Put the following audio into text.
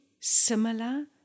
similar